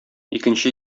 икенче